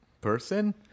person